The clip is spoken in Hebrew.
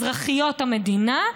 אזרחיות המדינה,